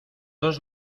dos